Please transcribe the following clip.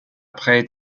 près